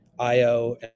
Io